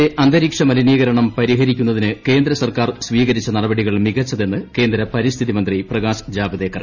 രാജ്യത്തെ അന്തരീക്ഷ മലിനീകരണം പരിഹരിക്കുന്നതിന് കേന്ദ്ര സർക്കാർ സ്വീകരിച്ച നടപടികൾ മികച്ചതെന്ന് കേന്ദ്ര പരിസ്ഥിതി മന്ത്രി പ്രകാശ് ജാവ്ദേക്കർ